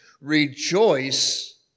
rejoice